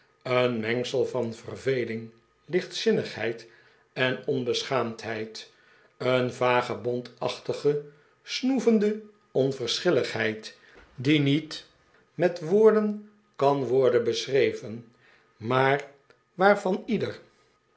een mengsel van vejveling lichtzinnigheid en onbeschaamdheid een vagebondachtige snoevende onverschilligheid die niet met woorden kan worden beschreven maar waarvan ieder